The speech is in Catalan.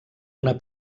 una